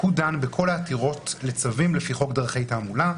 דן בכל העתירות לצווים לפי חוק דרכי תעמולה.